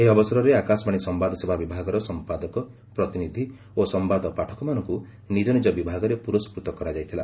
ଏହି ଅବସରରେ ଆକାଶବାଣୀ ସମ୍ଭାଦସେବା ବିଭାଗର ସମ୍ପାଦକ ପ୍ରତିନିଧ୍ୱ ଓ ସମ୍ଭାଦ ପାଠକମାନଙ୍କୁ ନିଜ ନିଜ ବିଭାଗରେ ପୁରସ୍କୃତ କରାଯାଇଥିଲା